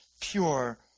pure